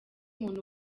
umuntu